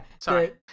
sorry